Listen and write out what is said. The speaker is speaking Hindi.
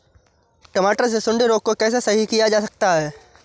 टमाटर से सुंडी रोग को कैसे सही किया जा सकता है?